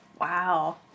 Wow